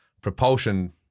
propulsion